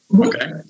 okay